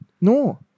No